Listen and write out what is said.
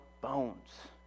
bones